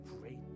great